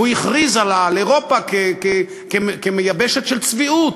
והוא הכריז על אירופה כיבשת של צביעות.